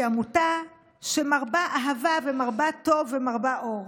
עמותה שמרבה אהבה ומרבה טוב ומרבה אור.